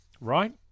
right